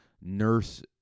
nurse